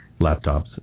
laptops